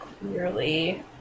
clearly